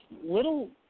little